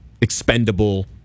expendable